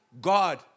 God